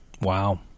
Wow